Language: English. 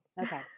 okay